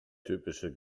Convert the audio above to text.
typische